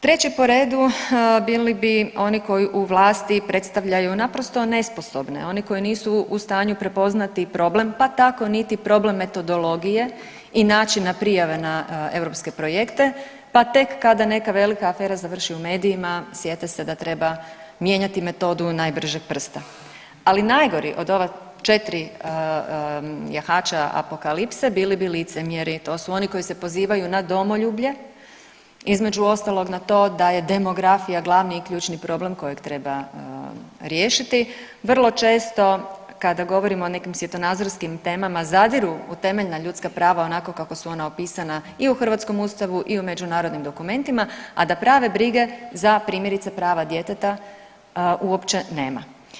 Treći po redu bili bi oni koji u vlasti predstavljaju naprosto nesposobne, oni koji nisu u stanju prepoznati problem pa tako niti problem metodologije i načina prijave na europske projekte, pa tek kada neka velika afera završi u medijima sjete se da treba mijenjati metodu najbržeg prsta, ali najgori od ova 4 jahača apokalipse bili bi licemjeri, to su oni koji se pozivaju na domoljublje, između ostalog na to da je demografija glavni i ključni problem kojeg treba riješiti, vrlo često kada govorimo o nekim svjetonazorskim temama zadiru u temeljna ljudska prava onako kako su ona opisana i u hrvatskom ustavu i u međunarodnim dokumentima, a da prave brige za primjerice prava djeteta uopće nema.